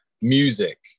music